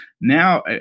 now